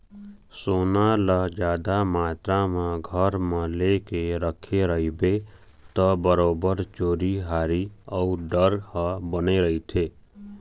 सोना ल जादा मातरा म घर म लेके रखे रहिबे ता बरोबर चोरी हारी अउ डर ह बने रहिथे